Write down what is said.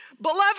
Beloved